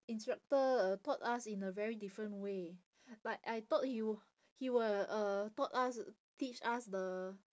instructor uh taught us in a very different way like I thought he w~ he would uh taught us teach us the